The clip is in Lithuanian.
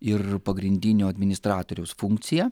ir pagrindinio administratoriaus funkciją